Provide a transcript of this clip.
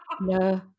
No